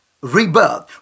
rebirth